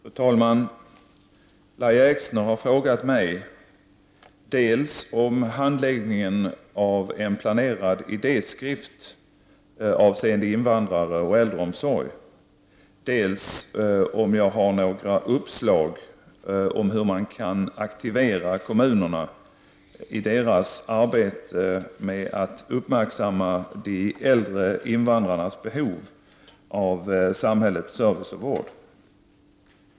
Fru talman! Lahja Exner har frågat mig dels om handläggningen av en planerad idéskrift avseende invandrare och äldreomsorg, dels om jag har några uppslag om hur man kan aktivera kommunerna i deras arbete med att uppmärksamma de äldre invandrarnas behov av samhällets service och vård.